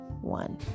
one